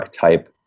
type